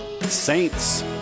Saints